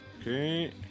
Okay